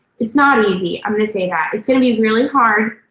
it's not easy, i'm gonna say that. it's gonna be really hard.